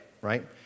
Right